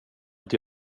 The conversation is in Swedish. inte